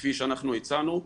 כפי שאנחנו הצענו,